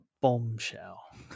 bombshell